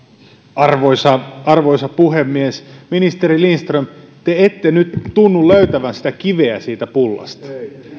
arvoisa arvoisa puhemies ministeri lindström te ette nyt tunnu löytävän sitä kiveä siitä pullasta